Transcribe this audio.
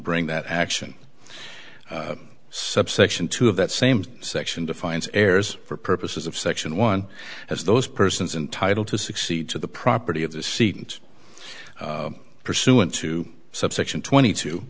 bring that action subsection to of that same section defines heirs for purposes of section one as those persons entitle to succeed to the property of the seat and pursuant to subsection twenty two